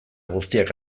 guztiak